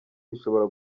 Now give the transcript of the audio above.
bishobora